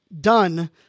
done